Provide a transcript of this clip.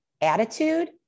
attitude